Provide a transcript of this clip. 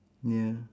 ya